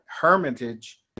Hermitage